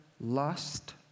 lust